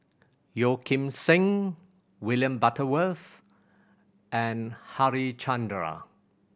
Yeo Kim Seng William Butterworth and Harichandra